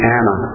Anna